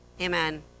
Amen